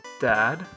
Dad